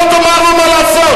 אתה לא תאמר לו מה לעשות.